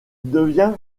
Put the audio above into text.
devient